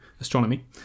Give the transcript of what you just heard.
astronomy